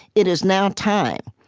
it is now time.